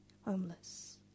homeless